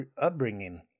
upbringing